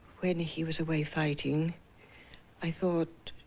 when he was away fighting i thought